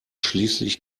schließlich